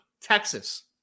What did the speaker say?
Texas